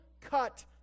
cut